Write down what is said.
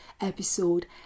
episode